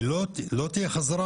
כי לא תהיה חזרה.